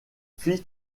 fit